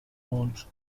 bronze